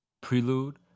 prelude